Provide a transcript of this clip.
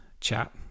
chat